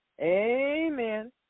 Amen